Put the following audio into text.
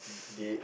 they